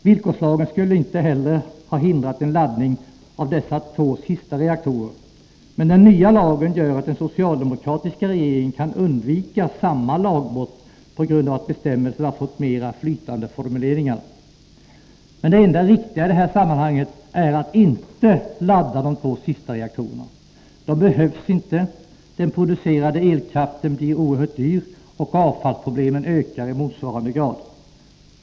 Villkorslagen skulle inte heller ha hindrat en laddning av de två sista reaktorerna. Men den nya lagen gör att den socialdemokratiska regeringen kan undvika samma lagbrott på grund av att bestämmelserna fått mera flytande formuleringar. Men det enda riktiga i detta sammanhang är att inte ladda de två sista reaktorerna. De behövs inte, den producerade elkraften blir oerhört dyr och avfallsproblemen ökar i motsvarande grad.